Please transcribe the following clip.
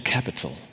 Capital